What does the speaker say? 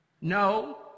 no